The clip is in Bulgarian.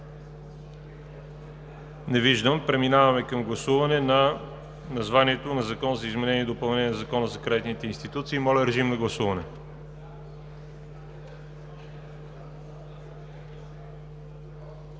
Не виждам. Преминаваме към гласуване на названието на Закона за изменение и допълнение на Закона за кредитните институции. Гласували